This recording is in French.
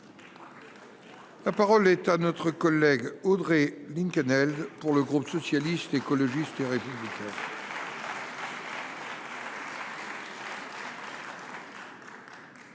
La parole est à Mme Audrey Linkenheld, pour le groupe Socialiste, Écologiste et Républicain.